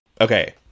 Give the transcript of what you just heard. Okay